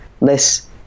less